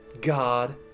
God